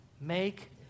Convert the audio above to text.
make